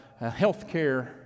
healthcare